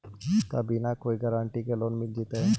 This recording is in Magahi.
का बिना कोई गारंटी के लोन मिल जीईतै?